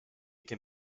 can